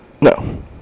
No